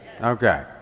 Okay